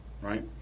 right